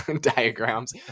diagrams